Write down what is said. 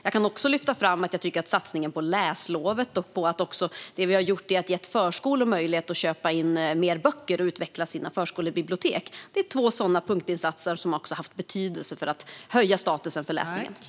Jag kan också lyfta fram att jag tycker att satsningen på läslovet och att förskolor fått möjlighet att köpa in böcker och utveckla sina förskolebibliotek är två punktinsatser som haft betydelse för att höja statusen för läsningen.